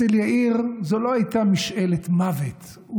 אצל יאיר זו לא הייתה משאלת מוות.